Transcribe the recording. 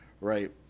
right